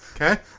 Okay